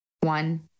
one